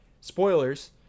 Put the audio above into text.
spoilers